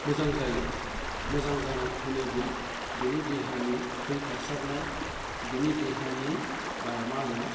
मोजां जायो मोजां जानाय होनोब्ला बिनि देहानि थै खारसारनाय बिनि देहानि माहोनो